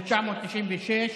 1966,